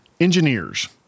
Engineers